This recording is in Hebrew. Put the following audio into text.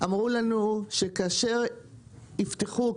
אמרו לנו שכאשר יפתחו,